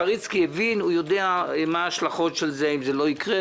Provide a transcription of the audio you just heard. פריצקי הבין, הוא יודע מה ההשלכות אם זה לא יקרה.